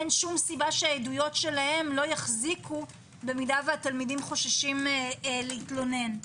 אין שום סיבה שהעדויות שלהם לא יחזיקו אם התלמידים חוששים להתלונן.